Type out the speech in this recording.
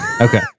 Okay